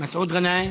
מסעוד גנאים,